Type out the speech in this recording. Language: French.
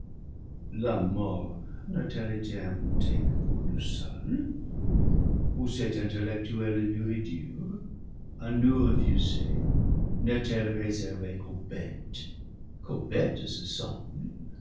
la mort n'a-t-elle été inventée que pour nous seuls ou cette intellectuelle nourriture à nous re fusée n'est-elle réservée qu'aux bêtes qu'aux bêtes ce semble